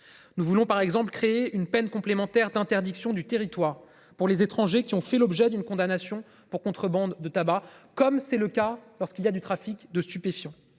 Nous voulons par exemple créer une peine complémentaire d'interdiction du territoire pour les étrangers qui ont fait l'objet d'une condamnation pour contrebande de tabac, comme c'est le cas lorsqu'il y a du trafic de stupéfiants.